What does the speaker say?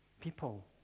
people